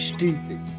Stupid